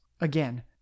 Again